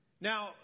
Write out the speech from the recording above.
Now